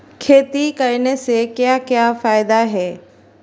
खेती करने से क्या क्या फायदे हैं?